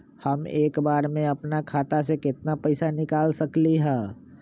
हम एक बार में अपना खाता से केतना पैसा निकाल सकली ह?